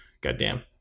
Goddamn